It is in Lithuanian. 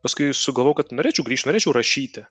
paskui sugalvojau kad norėčiau grįžt norėčiau rašyti